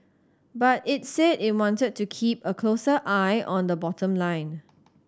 but it's said it wanted to keep a closer eye on the bottom line